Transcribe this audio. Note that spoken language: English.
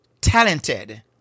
talented